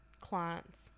clients